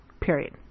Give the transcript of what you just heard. Period